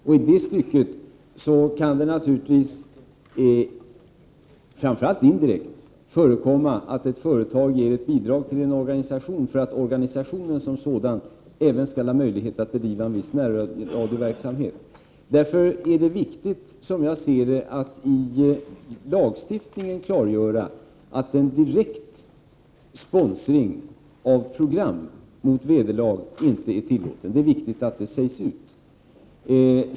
I samband med detta kan det naturligtvis förekomma, framför allt indirekt, att ett företag ger ett bidrag till en organisation för att organisationen som sådan även skall ha möjlighet att bedriva en viss närradioverksamhet. Det är därför viktigt, som jag ser det, att i lagstiftningen klargöra att en direkt sponsring av program mot vederlag inte är tillåten. Det är viktigt att Prot. 1988/89:60 det sägs ut.